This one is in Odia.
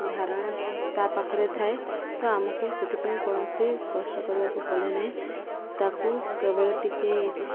ଧାରଣା ତା' ପାଖରେ ଥାଏ ତ ଆମକୁ ସେଥିପାଇଁ କୌଣସି କଷ୍ଟ କରିବାକୁ ପଡ଼େ ନାହିଁ ତାକୁ କେବଳ ଟିକେ